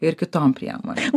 ir kitom priemonėm